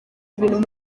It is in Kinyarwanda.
ibintu